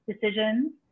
decisions